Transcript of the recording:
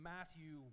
Matthew